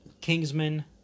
Kingsman